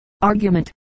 Argument